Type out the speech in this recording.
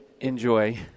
Enjoy